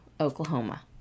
Oklahoma